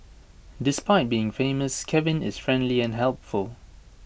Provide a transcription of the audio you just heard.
despite being famous Kevin is friendly and helpful